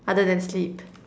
other than sleep